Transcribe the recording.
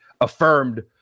affirmed